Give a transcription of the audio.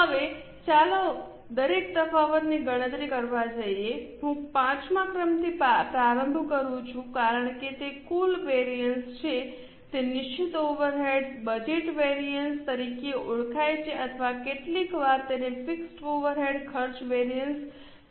હવે ચાલો દરેક તફાવતની ગણતરી કરવા જઈએ હું પાંચમા ક્રમથી પ્રારંભ કરું છું કારણ કે તે કુલ વેરિઅન્સ છે તે નિશ્ચિત ઓવરહેડ બજેટ વેરિઅન્સ તરીકે ઓળખાય છે અથવા કેટલીકવાર તેને ફિક્સ ઓવરહેડ ખર્ચ વેરિઅન્સ તરીકે પણ ઓળખવામાં આવે છે